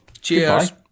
Cheers